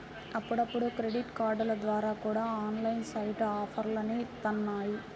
అప్పుడప్పుడు క్రెడిట్ కార్డుల ద్వారా కూడా ఆన్లైన్ సైట్లు ఆఫర్లని ఇత్తన్నాయి